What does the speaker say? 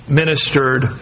ministered